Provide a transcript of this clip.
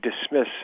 dismiss